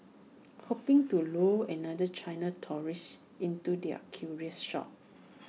hoping to lure another China tourist into their curio shops